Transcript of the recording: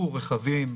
קיבלו רכבים,